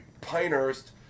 Pinehurst